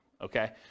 okay